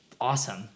awesome